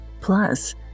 Plus